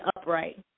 upright